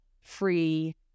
free